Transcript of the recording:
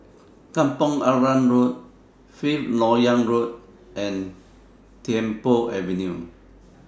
Kampong Arang Road Fifth Lok Yang Road and Tiong Poh Avenue